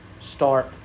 start